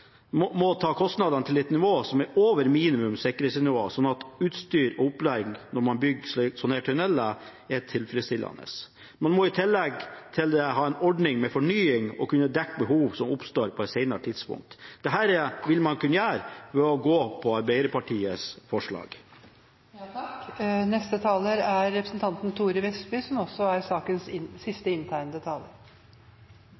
må ta kostnadene til et nivå som er over minimum sikkerhetsnivå, slik at utstyr og opplæring når man bygger slike tunneler, er tilfredsstillende. Man må i tillegg til dette ha en ordning med fornying – og kunne dekke behov som oppstår på et senere tidspunkt. Dette vil man kunne gjøre ved å gå inn for Arbeiderpartiets forslag. Jeg oppfatter det sånn at dette er en diskusjon generelt om finansiering av sikkerhet i tunneler etter at de er bygd. Det er også